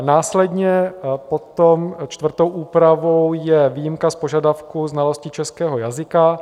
Následně potom čtvrtou úpravou je výjimka z požadavku znalosti českého jazyka.